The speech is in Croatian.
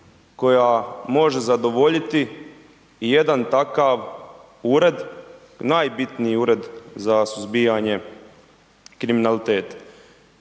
koja može zadovoljiti jedan takav ured, najbitniji ured za suzbijanje kriminaliteta